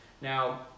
now